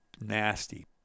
nasty